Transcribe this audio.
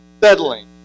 settling